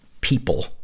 people